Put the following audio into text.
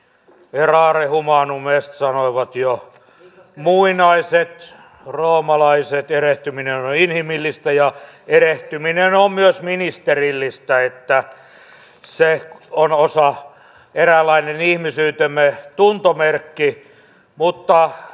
siinä oli mukana muun muassa silloinen ministeri päivi räsänen ja lauri ihalainen ja se oli temin ja sisäministeriön kanssa yhteistyössä tehty